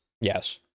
Yes